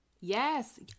Yes